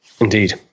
Indeed